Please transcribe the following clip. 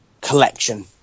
collection